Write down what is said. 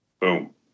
Boom